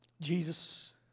Jesus